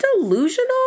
delusional